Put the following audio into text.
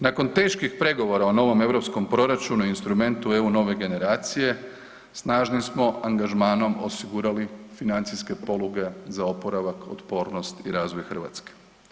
Nakon teških pregovora o novom europskom proračunu i instrumentu eu nove generacije snažnim smo angažmanom osigurali financijske poluge za oporavak, otpornost i razvoj Hrvatske.